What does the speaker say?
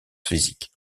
physique